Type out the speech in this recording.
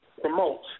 promotes